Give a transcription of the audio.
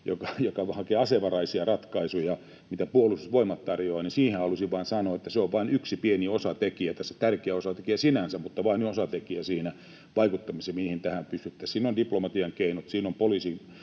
joka hakee asevaraisia ratkaisuja, mitä Puolustusvoimat tarjoaa, niin siihen halusin vain sanoa, että se on vain yksi pieni osatekijä tässä — tärkeä osatekijä sinänsä, mutta vain osatekijä — siinä vaikuttamisessa, millä tähän pystyttäisiin. Siinä ovat diplomatian keinot, siinä ovat